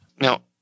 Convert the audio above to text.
Now